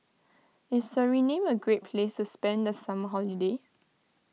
is Suriname a great place to spend the summer holiday